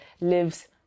lives